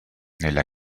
nella